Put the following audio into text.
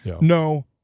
No